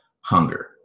Hunger